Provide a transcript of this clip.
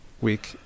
week